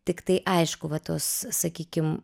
tiktai aišku va tuos sakykim